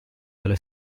delle